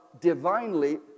divinely